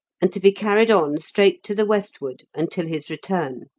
and to be carried on straight to the westward until his return.